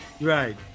right